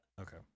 Okay